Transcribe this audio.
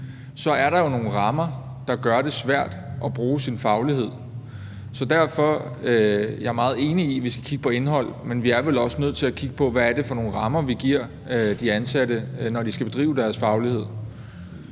så er der jo nogle rammer, der gør det svært at bruge sin faglighed. Jeg er meget enig i, at vi skal kigge på indhold, men vi er vel også nødt til at kigge på, hvad det er for nogle rammer, vi giver de ansatte, når de skal bedrive deres faglighed.